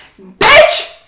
Bitch